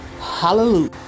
hallelujah